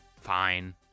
fine